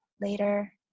later